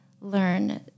learn